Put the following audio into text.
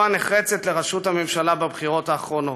הנחרצת בהתמודדות לראשות הממשלה בבחירות האחרונות.